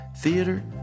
theater